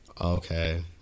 okay